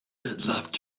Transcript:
left